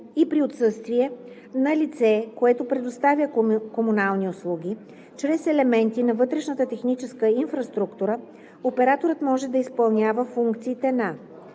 и при отсъствие на лице, което предоставя комунални услуги, чрез елементи на вътрешната техническа инфраструктура операторът може да изпълнява функциите на: